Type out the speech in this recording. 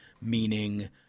meaning